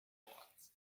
words